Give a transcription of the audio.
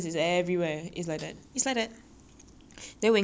then when go out to work right last time was in my internship company right